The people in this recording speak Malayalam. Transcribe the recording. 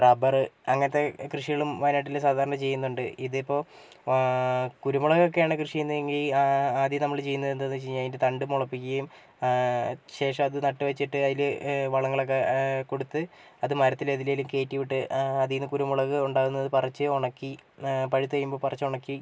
റബറ് അങ്ങനത്തെ കൃഷികളും വയനാട്ടിൽ സാധരണ ചെയ്യുന്നുണ്ട് ഇതിപ്പോൾ കുരുമുളകൊക്കെയാണ് കൃഷി ചെയ്യുന്നതെങ്കിൽ ആദ്യം നമ്മൾ ചെയ്യുന്നത് എന്താന്ന് വെച്ച് കഴിഞ്ഞാൽ അതിൻ്റെ തണ്ട് മുളപ്പിക്കുകയും ശേഷം അത് നട്ട് വെച്ചിട്ട് അതിൽ വളങ്ങളക്കെ കൊടുത്ത് അത് മരത്തിലേതിലേലും കയറ്റി വിട്ട് അതീന്ന് കുരുമുളക് ഉണ്ടാകുന്നത് പറിച്ച് ഉണക്കി പഴുത്ത് കഴിയുമ്പോൾ പറിച്ച് ഉണക്കി